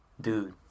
Dude